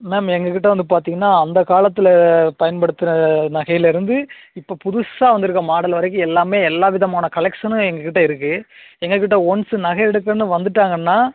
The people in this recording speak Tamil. மேம் எங்கள் கிட்டே வந்து பார்த்தீங்கன்னா அந்த காலத்தில் பயன்படுத்தின நகையிலருந்து இப்போ புதுசாக வந்திருக்க மாடல் வரைக்கும் எல்லாமே எல்லா விதமான கலெக்ஷனும் எங்கள் கிட்டே இருக்குது எங்கள் கிட்டே ஒன்ஸ் நகை எடுக்கணும்ன்னு வந்துட்டாங்கன்னால்